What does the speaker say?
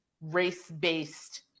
race-based